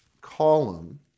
column